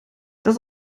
das